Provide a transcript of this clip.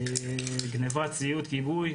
גניבת ציוד כיבוי,